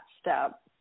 step